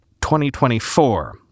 2024